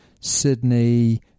Sydney